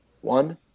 one